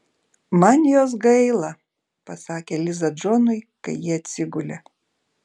man jos gaila pasakė liza džonui kai jie atsigulė